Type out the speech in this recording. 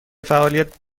فعالیت